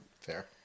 Fair